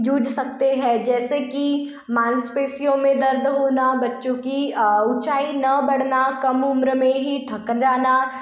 जूझ सकते हैं जैसे कि मांसपेशियों में दर्द होना बच्चों की ऊँचाई न बढ़ाना कम उम्र में ही थक जाना